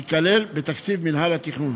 ייכלל בתקציב מינהל התכנון.